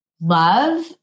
love